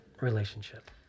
relationship